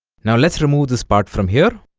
now let's remove this part from here